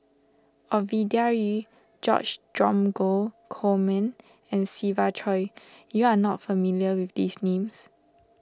Ovidia Yu George Dromgold Coleman and Siva Choy you are not familiar with these names